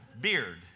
beard